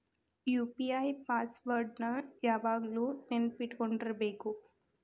UPI password ನ ಯಾವಾಗ್ಲು ನೆನ್ಪಿಟ್ಕೊಂಡಿರ್ಬೇಕು